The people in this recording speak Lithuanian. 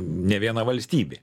nė viena valstybė